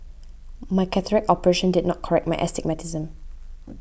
my cataract operation did not correct my astigmatism